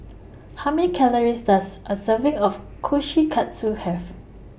How Many Calories Does A Serving of Kushikatsu Have